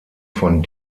von